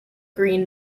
green